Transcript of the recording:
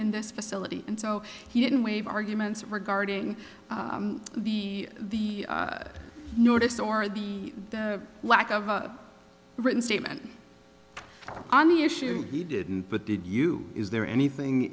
in this facility and so he didn't wave arguments regarding the the notice or the lack of a written statement on the issue he didn't but did you is there anything